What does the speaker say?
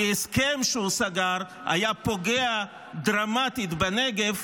כי ההסכם שהוא סגר היה פוגע דרמטית בנגב,